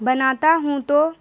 بناتا ہوں تو